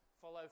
Follow